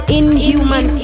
inhuman